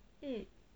mm